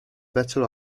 better